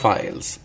Files